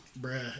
Bruh